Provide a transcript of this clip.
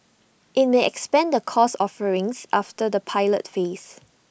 IT may expand the course offerings after the pilot phase